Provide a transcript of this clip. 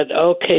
okay